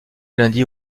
lundi